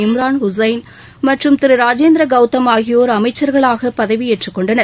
இம்ரான் ஹுசைன் மற்றும் ராஜேந்திர கவுதம் ஆகியோர் அமைச்சர்களாக பதவியேற்றக் கொண்டனர்